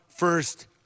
first